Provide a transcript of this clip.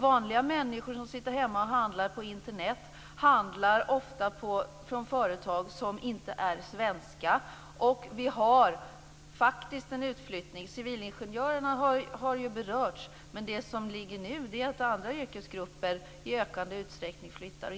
Vanliga människor som sitter hemma och handlar på Internet handlar ofta från företag som inte är svenska. Vi har faktiskt en utflyttning. Civilingenjörerna har berörts, men det som sker nu är att andra yrkesgrupper flyttar i ökande utsträckning.